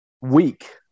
week